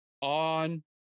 on